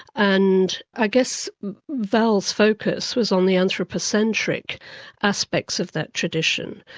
and i guess val's focus was on the anthropocentric aspects of that tradition.